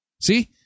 See